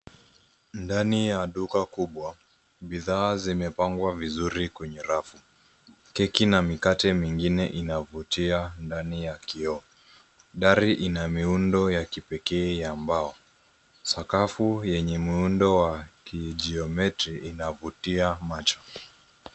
Ndani ya duka kubwa, bidhaa zimepangwa vizuri kwenye rafu. Keki na mikate mingine inavutia ndani ya kioo. Dari ina miundo ya kipekee ya mbao. Sakafu yenye muundo wa kijiometri inavutia macho.